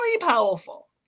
powerful